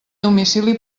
domicili